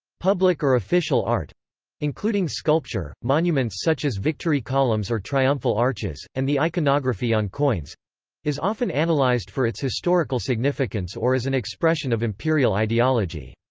public or official art including sculpture, monuments such as victory columns or triumphal arches, and the iconography on coins is often and analysed for its historical significance or as an expression of imperial ideology.